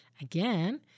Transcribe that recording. again